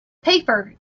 paper